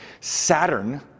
Saturn